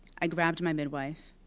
i grabbed my midwife.